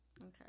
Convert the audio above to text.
Okay